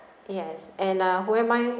yes and uh who am I